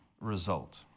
result